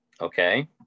Okay